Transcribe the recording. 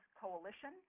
Coalition